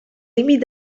límit